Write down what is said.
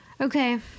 Okay